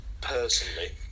personally